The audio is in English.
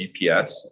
gps